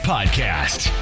Podcast